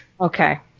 Okay